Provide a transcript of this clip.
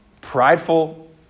prideful